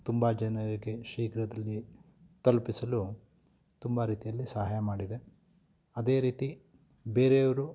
ತುಂಬ ಜನರಿಗೆ ಶೀಘ್ರದಲ್ಲಿ ತಲುಪಿಸಲು ತುಂಬ ರೀತಿಯಲ್ಲಿ ಸಹಾಯ ಮಾಡಿದೆ ಅದೇ ರೀತಿ ಬೇರೆಯವರು